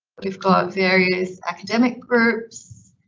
but we've got various academic groups,